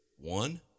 One